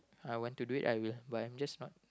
I want to do it I will but I'm just not